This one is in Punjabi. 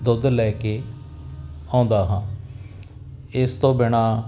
ਦੁੱਧ ਲੈ ਕੇ ਆਉਂਦਾ ਹਾਂ ਇਸ ਤੋਂ ਬਿਨਾਂ